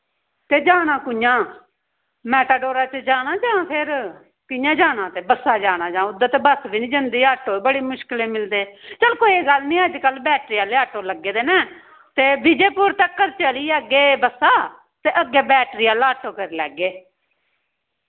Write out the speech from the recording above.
ते जाना कु'यां मैटाडोरा च जाना यां फिर कि'यां जाना ते बस्सा जाना यां उद्धर ते बस बी नी जन्दी आटो बी बड़ी मुश्किले मिलदे चल कोई गल्ल नी अज्जकल बैटरी आह्ले आटो लग्गे दे न ते बिजेपुर तकर चली चली जागे बस्सा ते अग्गै बैटरी आह्ला आटो करी लैगे